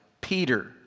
Peter